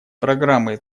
программы